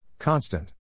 Constant